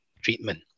treatment